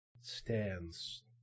stands